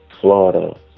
Florida